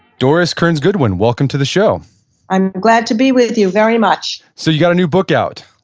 doris kearns goodwin welcome to the show i'm glad to be with you very much so you got a new book out.